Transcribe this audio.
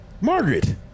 Margaret